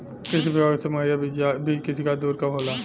कृषि विभाग से मुहैया बीज के शिकायत दुर कब होला?